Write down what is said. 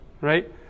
right